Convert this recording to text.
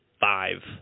five